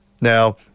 Now